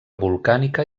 volcànica